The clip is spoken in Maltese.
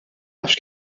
nafx